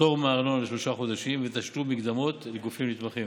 פטור מארנונה לשלושה חודשים ותשלום מקדמות לגופים נתמכים.